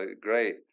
Great